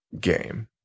game